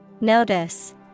Notice